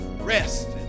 rest